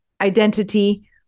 identity